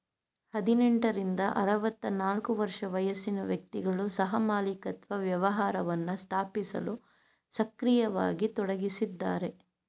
ಹದಿನೆಂಟ ರಿಂದ ಆರವತ್ತನಾಲ್ಕು ವರ್ಷ ವಯಸ್ಸಿನ ವ್ಯಕ್ತಿಗಳು ಸಹಮಾಲಿಕತ್ವ ವ್ಯವಹಾರವನ್ನ ಸ್ಥಾಪಿಸಲು ಸಕ್ರಿಯವಾಗಿ ತೊಡಗಿಸಿದ್ದಾರೆ